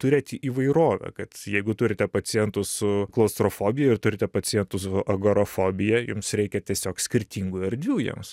turėti įvairovę kad jeigu turite pacientų su klaustrofobija ir turite pacientų su agorofobija jums reikia tiesiog skirtingų erdvių jiems